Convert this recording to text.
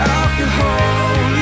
alcohol